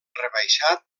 rebaixat